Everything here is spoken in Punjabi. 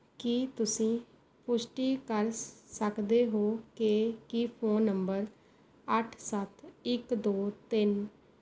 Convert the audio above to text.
ਕੀ ਤੁਸੀਂ ਪੁਸ਼ਟੀ ਕਰ ਸਕਦੇ ਹੋ ਕਿ ਕੀ ਫ਼ੋਨ ਨੰਬਰ ਅੱਠ ਸੱਤ ਇੱਕ ਦੋ ਤਿੰਨ